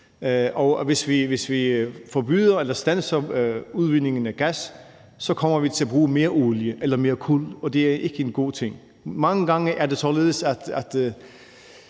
Og hvis vi forbyder eller standser udvindingen af gas, kommer vi til at bruge mere olie eller mere kul, og det er ikke en god ting. Mange gange er det således, at